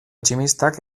tximistak